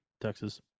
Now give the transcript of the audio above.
Texas